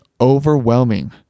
overwhelming